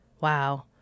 wow